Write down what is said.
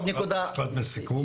משפט לסיכום.